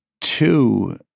two